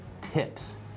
tips